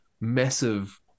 massive